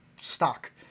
stock